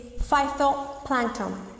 phytoplankton